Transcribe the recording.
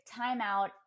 timeout